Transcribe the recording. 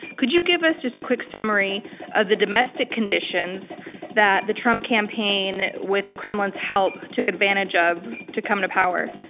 could you give us just a quick summary of the domestic conditions that the trump campaign with the kremlin's help took advantage of to come to power?